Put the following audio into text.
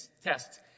tests